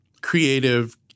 creative